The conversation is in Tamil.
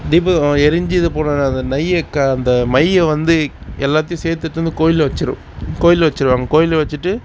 தீபம் எரிஞ்சு இது போட நெய்யை அந்த மையை வந்து எல்லாத்தையும் சேர்த்துட்டு வந்து கோயிலில் வெச்சுருவாங்க கோயிலில் வச்சுருவாங்க கோயிலில் வச்சுட்டு